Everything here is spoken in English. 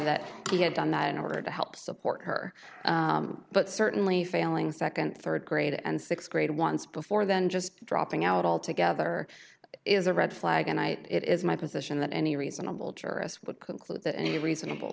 that he had done that in order to help support her but certainly failing nd rd grade and th grade once before then just dropping out altogether is a red flag and i it is my position that any reasonable jurist would conclude that any reasonable